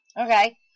Okay